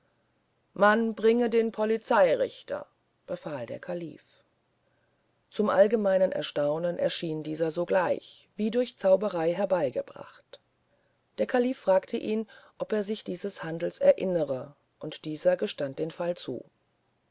man bringe den polizeirichter befahl der kalife zum allgemeinen erstaunen erschien dieser sogleich wie durch zauberei herbeigebracht der kalife fragte ihn ob er sich dieses handels erinnere und dieser gestand den fall zu